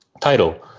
title